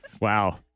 Wow